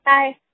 Bye